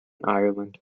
ireland